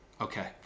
okay